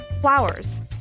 Flowers